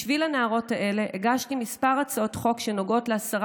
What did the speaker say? בשביל הנערות האלה הגשתי כמה הצעות חוק שנוגעות להסרת